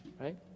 right